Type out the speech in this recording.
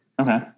Okay